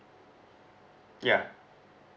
ya